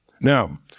Now